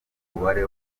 umubare